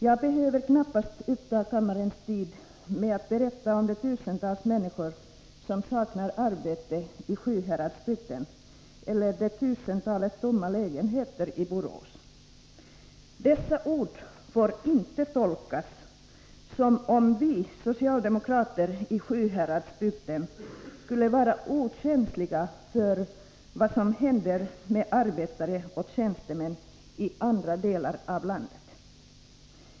Jag behöver knappast uppta kammarens tid med att berätta om de tusentals människor som saknar arbete i Sjuhäradsbygden eller om tusentalet tomma lägenheter i Borås. Dessa ord får inte tolkas som om vi socialdemokrater i Sjuhäradsbygden skulle vara okänsliga för vad som händer med arbetare och tjänstemän i andra delar av landet.